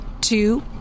two